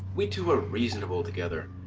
we two are reasonable together.